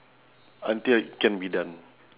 until it can be done